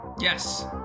yes